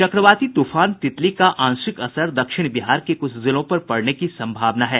चक्रवाती तूफान तितली का आंशिक असर दक्षिण बिहार के कुछ जिलों पर पड़ने की संभावना है